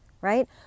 right